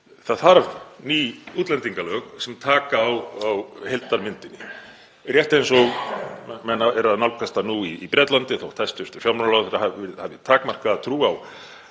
Það þarf ný útlendingalög sem taka á heildarmyndinni, rétt eins og menn eru að nálgast það nú í Bretlandi þótt hæstv. fjármálaráðherra hafi takmarkaða trú á